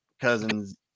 cousins